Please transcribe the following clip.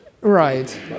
Right